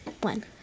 one